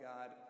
God